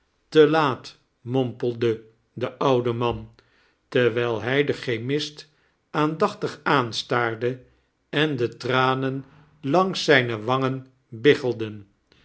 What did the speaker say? te laat mompelde de oude man terwiji hij den chemist aandachtig aanstaarde en de tranen langs zijine wangen biggelden